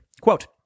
Quote